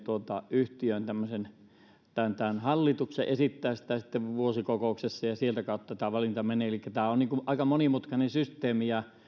yhtiöön hallituksen ja esittää sitä sitten vuosikokouksessa ja sieltä kautta tämä valinta menee elikkä tämä on aika monimutkainen systeemi ja